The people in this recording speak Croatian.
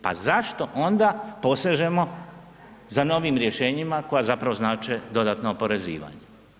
Pa zašto onda posežemo za novim rješenjima koja zapravo znače dodatno oporezivanje?